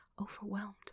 overwhelmed